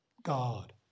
God